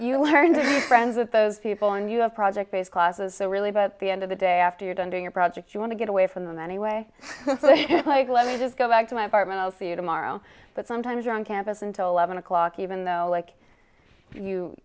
you learn to be friends with those people and you have project based classes so really but at the end of the day after you're done doing a project you want to get away from them anyway like let me just go back to my apartment i'll see you tomorrow but sometimes you're on campus until eleven o'clock even though